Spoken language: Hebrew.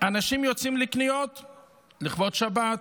אנשים יוצאים לקניות לכבוד שבת,